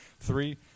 Three